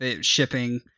shipping